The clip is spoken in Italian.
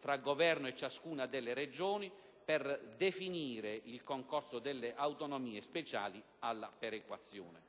tra il Governo e ciascuna Regione per definire il concorso delle autonomie speciali alla perequazione.